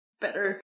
better